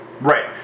Right